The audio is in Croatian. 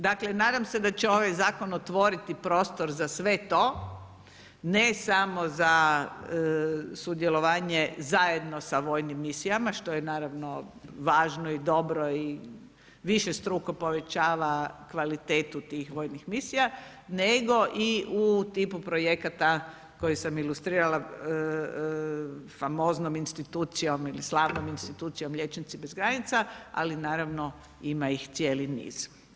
Dakle, nadam se da će ovaj Zakon otvoriti prostor za sve to, ne samo za sudjelovanje zajedno sa vojnim misijama, što je naravno važno i dobro i višestruko povećava kvalitetu tih vojnih misija, nego i u tipu projekata koji sam ilustrirala famoznom institucijom ili slavnom institucijom Liječnici bez granica, ali naravno ima ih cijeli niz.